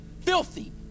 Filthy